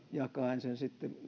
jakaen sen sitten